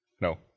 No